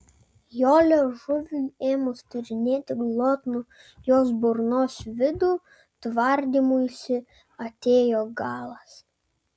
jo liežuviui ėmus tyrinėti glotnų jos burnos vidų tvardymuisi atėjo galas